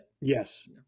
Yes